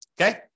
Okay